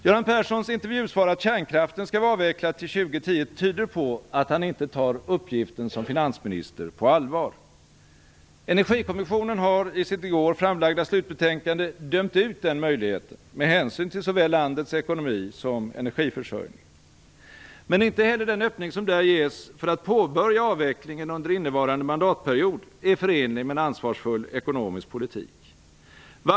Göran Perssons intervjusvar att kärnkraften skall vara avvecklad till 2010 tyder på att han inte tar uppgiften som finansminister på allvar. Energikommissionen har i sitt i går framlagda slutbetänkande dömt ut den möjligheten med hänsyn till såväl landets ekonomi som energiförsörjningen. Men inte heller den öppning som där ges för att påbörja avvecklingen under innevarande mandatperiod är förenlig med en ansvarsfull ekonomisk politik.